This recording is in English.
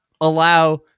allow